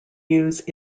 use